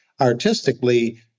Artistically